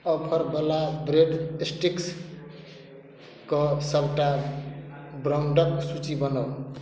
offer बला bread sticks के सबटा ब्रांडक सूची बनाउ